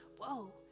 whoa